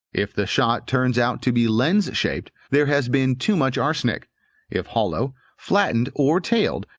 if the shot turns out to be lens-shaped, there has been too much arsenic if hollow, flattened, or tailed,